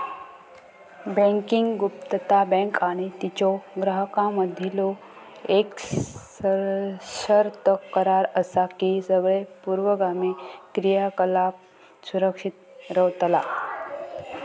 banking गुप्तता, bank आणि तिच्यो ग्राहकांमधीलो येक सशर्त करार असा की सगळे पूर्वगामी क्रियाकलाप सुरक्षित रव्हतला